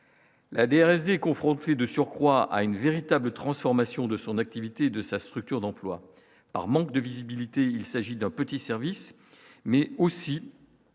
La DRS des confrontés de surcroît à une véritable transformation de son activité de sa structure d'emploi par manque de visibilité, il s'agit d'un petit service, mais aussi